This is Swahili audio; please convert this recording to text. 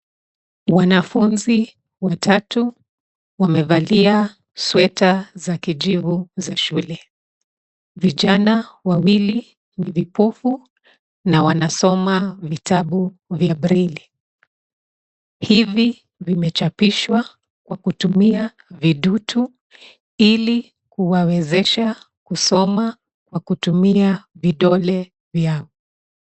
Wanafunzi watatu wamevalia sweta za kijivu za shule. Vijana wawili vipofu na wanasoma vitabu vya breli. Hivi vimechapishwa kwa kutumia vidutu ili kuwawezesha kusoma kwa kutumia vidole vyao.